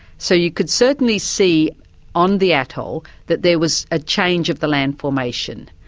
so you could certainly see on the atoll that there was a change of the land formation.